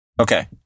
okay